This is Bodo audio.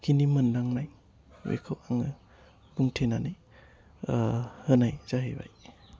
बेखिनि मोनदांनाय बिखौ आङो बुंथिनानै होनाय जाहैबाय